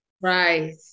Right